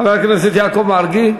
חבר הכנסת יעקב מרגי?